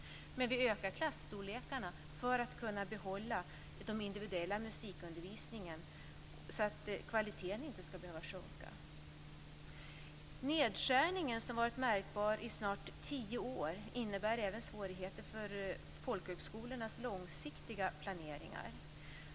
Men vi ökar klasstorlekarna för att kunna behålla den individuella musikundervisningen, så att kvaliteten inte skall behöva sjunka. Nedskärningen, som har varit märkbar i snart tio år, innebär även svårigheter för folkhögskolornas långsiktiga planering.